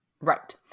Right